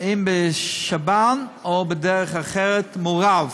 אם בשב"ן או בדרך אחרת, מעורב.